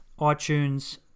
iTunes